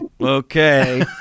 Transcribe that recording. okay